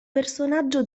personaggio